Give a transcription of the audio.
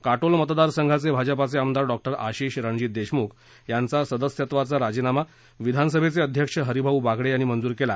काटोल मतदार संघाचे भाजपा आमदार डॉ आशिष रणजित देशम्ख याचा सदस्यत्वाचा राजीनामा विधानसभा अध्यक्ष हरीभाऊ बागडे यांनी मंजूर केला